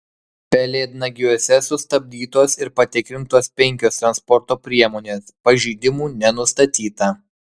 pelėdnagiuose sustabdytos ir patikrintos penkios transporto priemonės pažeidimų nenustatyta